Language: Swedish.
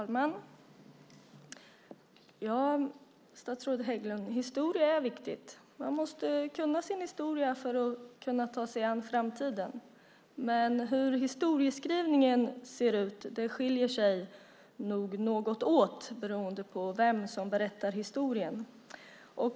Herr talman! Statsrådet Hägglund! Historia är viktigt. Man måste kunna sin historia för att kunna ta sig an framtiden. Men historieskrivningen skiljer sig nog något beroende på vem som berättar historien.